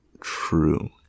true